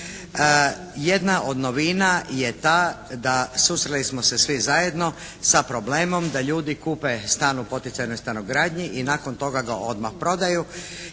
Jedna od novina je ta da susreli smo se svi zajedno sa problemom da ljudi kupe stan u poticajnoj stanogradnji i nakon toga ga odmah prodaju.